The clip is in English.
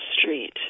Street